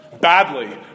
Badly